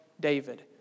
David